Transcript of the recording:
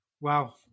Wow